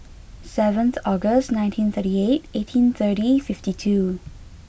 seven August nineteen thirty eight eighteen thirty fifty two